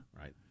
Right